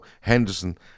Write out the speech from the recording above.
Henderson